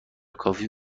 کافی